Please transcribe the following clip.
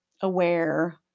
Aware